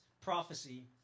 prophecy